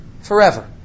forever